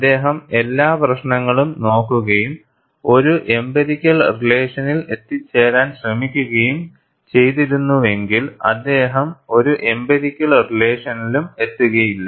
അദ്ദേഹം എല്ലാ പ്രശ്നങ്ങളും നോക്കുകയും ഒരു എംപിരിക്കൽ റിലേഷനിൽ എത്തിച്ചേരാൻ ശ്രമിക്കുകയും ചെയ്തിരുന്നുവെങ്കിൽ അദ്ദേഹം ഒരു എംപിരിക്കൽ റിലേഷനിലും എത്തുകയില്ല